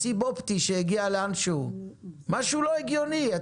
כרגע משהו לא הגיוני פה,